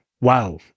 wow